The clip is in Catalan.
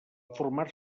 formar